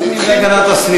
הצבעתי בטעות.